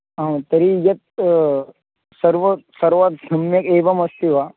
आं तर्हि यद् सर्वं सर्वं सम्यक् एवमस्ति वा